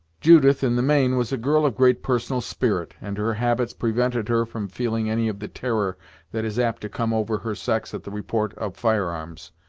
judith, in the main, was a girl of great personal spirit, and her habits prevented her from feeling any of the terror that is apt to come over her sex at the report of fire arms.